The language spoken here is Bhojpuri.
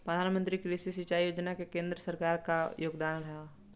प्रधानमंत्री कृषि सिंचाई योजना में केंद्र सरकार क का योगदान ह?